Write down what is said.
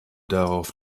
darauf